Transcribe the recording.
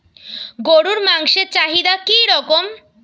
গরুর মাংসের চাহিদা কি রকম?